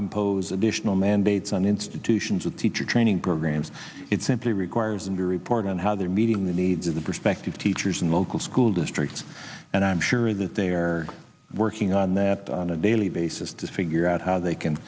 impose additional mandates on institutions of teacher training programs it simply requires them to report on how they're meeting the needs of the prospective teachers and local school districts and i'm sure that they are working on that on a daily basis to figure out how they can